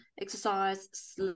exercise